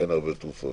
אין הרבה תרופות.